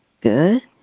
good